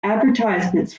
advertisements